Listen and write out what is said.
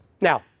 Now